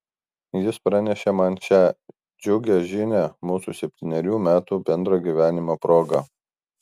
jis pranešė man šią džiugią žinią mūsų septynerių metų bendro gyvenimo proga